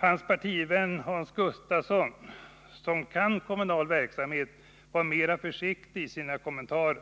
Hans partivän Hans Gustafsson, som kan kommunal verksamhet, var mera försiktig i sina kommentarer.